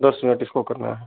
दस मिनट इसको करना है